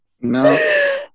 No